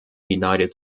united